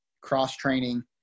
cross-training